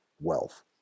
wealth